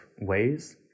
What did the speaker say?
ways